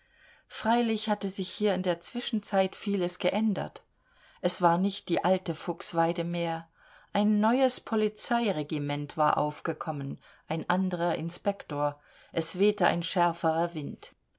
freilich hatte sich hier in der zwischenzeit vieles geändert es war nicht die alte fuchsweide mehr ein neues polizeiregiment war aufgekommen ein andrer inspektor es wehte ein schärferer wind